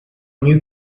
new